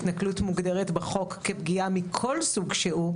התנכלות מוכרת בחוק כפגיעה מכל סוג שהוא,